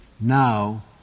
Now